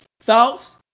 thoughts